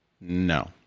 No